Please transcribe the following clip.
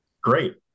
great